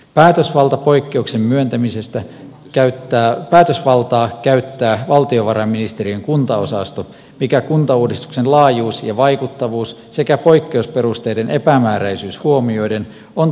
päätösvaltaa poikkeuksen myöntämisestä käyttää valtiovarainministeriön kuntaosasto mikä kuntauudistuksen laajuus ja vaikuttavuus sekä poikkeusperusteiden epämääräisyys huomioiden on toimivaltakysymyksenä ongelmallinen